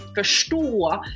förstå-